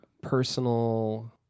Personal